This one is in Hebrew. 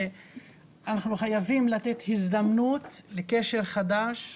אנחנו חייבים לתת הזדמנות לקשר חדש,